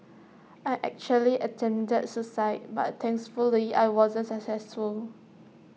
I actually attempted suicide but thankfully I wasn't successful